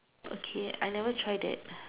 okay I never try that